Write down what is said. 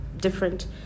different